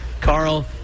Carl